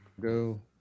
Go